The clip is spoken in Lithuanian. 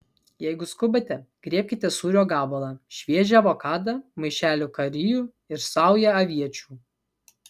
jeigu skubate griebkite sūrio gabalą šviežią avokadą maišelį karijų ir saują aviečių